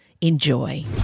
Enjoy